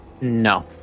No